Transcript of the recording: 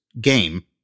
game